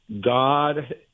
God